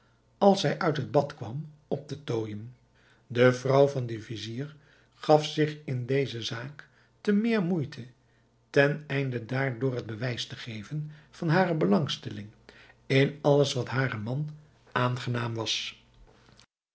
als zij uit het bad kwam op te tooijen de vrouw van den vizier gaf zich in deze zaak te meer moeite ten einde daar door het bewijs te geven van hare belangstelling in alles wat haren man aangenaam was